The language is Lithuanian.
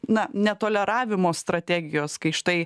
na netoleravimo strategijos kai štai